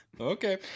Okay